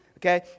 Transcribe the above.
Okay